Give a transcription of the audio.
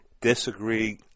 disagree